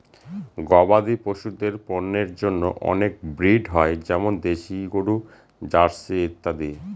গবাদি পশুদের পন্যের জন্য অনেক ব্রিড হয় যেমন দেশি গরু, জার্সি ইত্যাদি